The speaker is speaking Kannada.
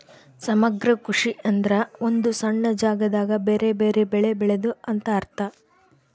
ಸಮಗ್ರ ಕೃಷಿ ಎಂದ್ರ ಒಂದು ಸಣ್ಣ ಜಾಗದಾಗ ಬೆರೆ ಬೆರೆ ಬೆಳೆ ಬೆಳೆದು ಅಂತ ಅರ್ಥ